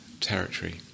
territory